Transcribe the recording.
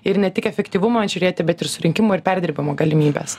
ir ne tik efektyvumo žiūrėti bet ir surinkimo ir perdirbimo galimybes